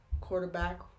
quarterback